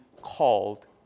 called